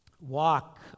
walk